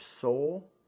soul